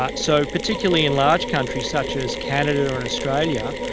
but so particularly in large countries such as canada and australia,